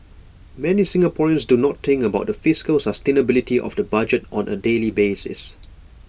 many Singaporeans do not think about the fiscal sustainability of the budget on A daily basis